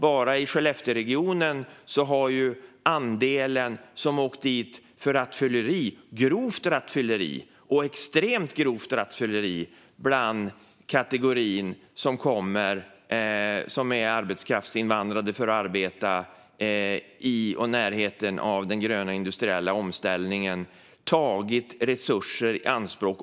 Bara i Skellefteåregionen har andelen som åkt fast för grovt rattfylleri och extremt grovt rattfylleri - det handlar om den kategori som är arbetskraftsinvandrare för att arbeta i eller i närheten av den gröna industriella omställningen - tagit resurser i anspråk.